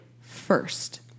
first